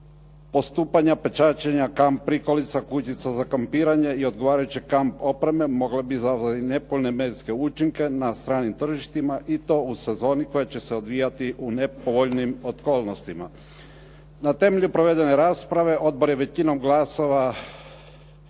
postupanja, pečaćenja kamp prikolica, kućica za kampiranje i odgovarajuće kamp opreme moglo bi izazvati nepovoljne medijske učinke na stranim tržištima i to u sezoni koja će se odvijati u nepovoljnim okolnostima. Na temelju provedene rasprave, odbor je većinom glasova,